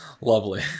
lovely